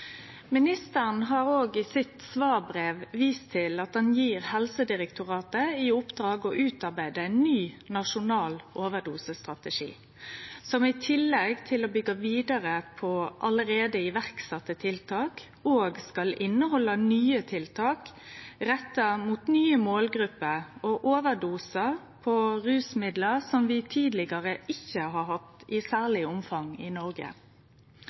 Ministeren har i svarbrevet sitt vist til at han gjev Helsedirektoratet i oppdrag å utarbeide ein ny nasjonal overdosestrategi, som i tillegg til å byggje vidare på tiltak som allereie er sette i verk, òg skal innehalde nye tiltak retta mot nye målgrupper og overdosar på rusmiddel som vi tidlegare ikkje har hatt i særleg omfang i Noreg.